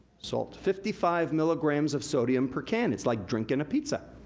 salt. fifty five milligrams of sodium per can. it's like drinking a pizza.